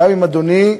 גם אם, אדוני,